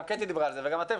גם קטי וגם אתם,